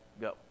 go